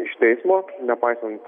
iš teismo nepaisant